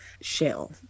shell